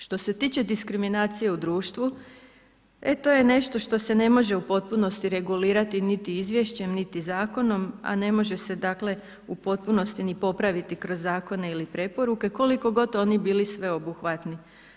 Što se tiče diskriminacije u društvu, e to je nešto što se ne može u potpunosti regulirati niti izvješćem niti zakonom, a ne može se dakle u potpunosti ni popraviti kroz zakone ili preporuke, koliko god oni bili sveobuhvatni.